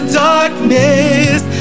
darkness